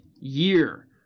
year